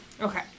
Okay